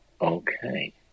Okay